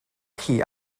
chi